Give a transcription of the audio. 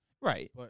Right